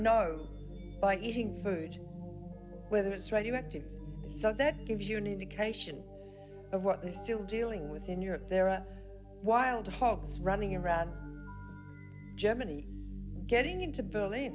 know by eating food whether it's radioactive so that gives you an indication of what they still dealing with in europe there are wild hogs running around germany getting into believ